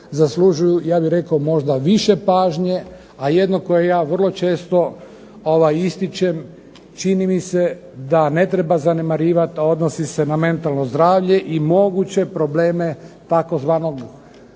zaslužuju ja bih rekao, možda više pažnje, a jedno koje ja vrlo često ističem čini mi se da ne treba zanemarivati odnosi se na mentalno zdravlje i moguće probleme tzv.